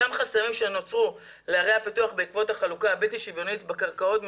אותם חסמים שנוצרו לערי הפיתוח בעקבות החלוקה הבלתי שוויונית בקרקעות,